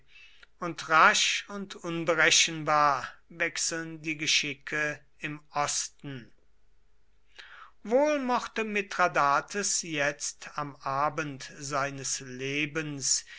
und rasch und unberechenbar wechseln die geschicke im osten wohl mochte mithradates jetzt am abend seines lebens